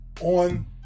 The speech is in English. on